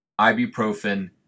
Ibuprofen